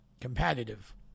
competitive